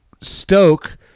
Stoke